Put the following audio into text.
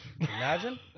Imagine